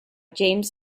james